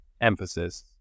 emphasis